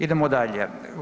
Idemo dalje.